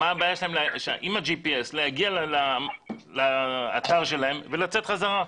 מה הבעיה שלהם עם ה-GPS להגיע לאתר ולצאת חזרה?